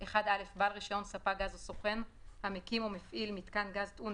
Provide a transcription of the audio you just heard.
(1א) בעל רישיון ספק גז או סוכן המקים או מפעיל מיתקן גז טעון